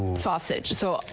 sausage so.